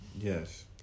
Yes